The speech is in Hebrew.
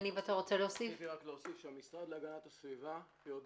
אני רוצה להוסיף שהמשרד להגנת הסביבה יודע